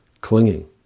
clinging